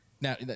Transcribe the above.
now